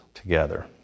together